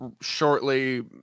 shortly